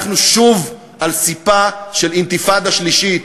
אנחנו שוב על ספהּ של אינתיפאדה שלישית,